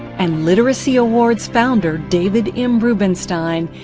and literacy awards founder, david m. rubenstein,